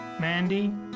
Mandy